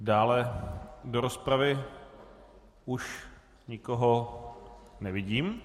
Dále do rozpravy už nikoho nevidím.